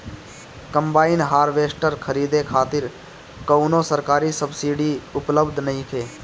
Combine harvester खरीदे खातिर कउनो सरकारी सब्सीडी उपलब्ध नइखे?